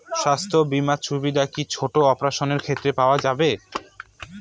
স্বাস্থ্য বীমার সুবিধে কি ছোট অপারেশনের ক্ষেত্রে পাওয়া যাবে?